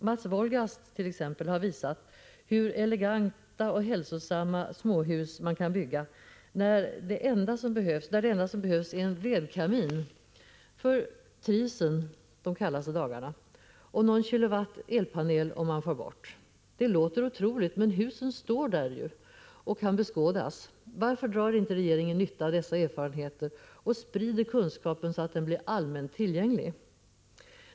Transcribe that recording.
Exempelvis Mats Wohlgast har visat hur eleganta och hälsosamma småhus man kan bygga där det enda som behövs är en vedkamin för trivseln under de kallaste dagarna och någon kilowatts elpanel om man far bort. Det låter otroligt, men husen står ju där och kan beskådas. Varför drar inte regeringen nytta av dessa erfarenheter och sprider kunskapen, så att den blir allmänt tillgänglig?